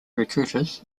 recruiters